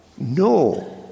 No